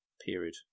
period